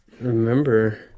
remember